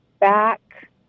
back